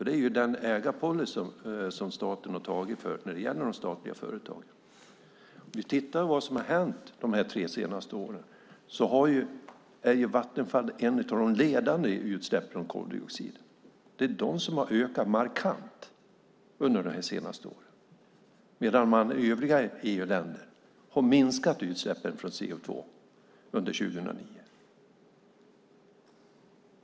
Det är den ägarpolicy som staten har antagit för de statliga företagen. Låt oss titta på vad som har hänt de här tre senaste åren. Vattenfall är ett av de ledande företagen när det gäller utsläpp av koldioxid. De har ökat markant under de senaste åren, medan man i övriga EU-länder har minskat utsläppen av CO2 under 2009.